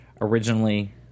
originally